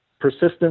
persistence